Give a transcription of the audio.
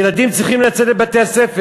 ילדים צריכים לצאת לבתי-הספר.